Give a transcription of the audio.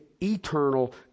eternal